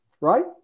right